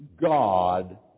God